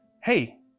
Hey